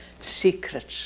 secrets